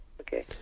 Okay